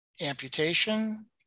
amputation